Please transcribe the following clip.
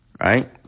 Right